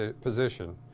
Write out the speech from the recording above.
position